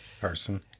person